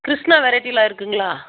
கிருஷ்ண வெரைட்டிலாம் இருக்குதுங்களா